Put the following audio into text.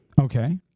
Okay